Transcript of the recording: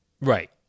Right